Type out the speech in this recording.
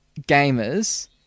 gamers